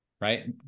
right